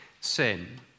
sin